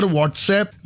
Whatsapp